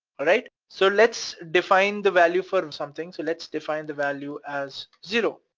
alright? so let's define the value for um something so let's define the value as zero,